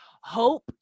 hope